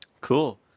Cool